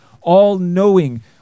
all-knowing